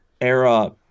era